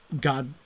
God